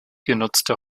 genutzte